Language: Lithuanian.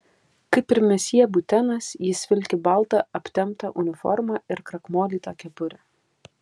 kaip ir misjė butenas jis vilki baltą aptemptą uniformą ir krakmolytą kepurę